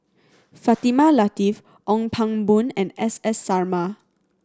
Fatimah Lateef Ong Pang Boon and S S Sarma